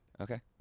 Okay